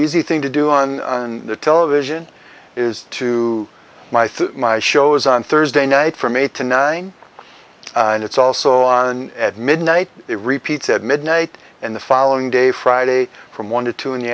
easy thing to do on the television is to my through my shows on thursday night from eight to nine and it's also on at midnight it repeats at midnight and the following day friday from one to two in the